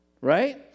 right